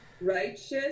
Righteous